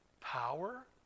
power